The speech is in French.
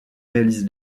réalise